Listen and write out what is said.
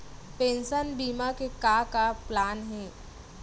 Pension बीमा के का का प्लान हे?